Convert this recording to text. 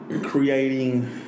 creating